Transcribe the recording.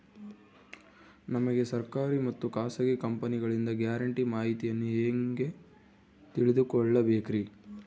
ನಮಗೆ ಸರ್ಕಾರಿ ಮತ್ತು ಖಾಸಗಿ ಕಂಪನಿಗಳಿಂದ ಗ್ಯಾರಂಟಿ ಮಾಹಿತಿಯನ್ನು ಹೆಂಗೆ ತಿಳಿದುಕೊಳ್ಳಬೇಕ್ರಿ?